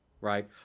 Right